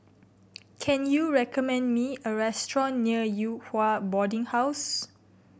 can you recommend me a restaurant near Yew Hua Boarding House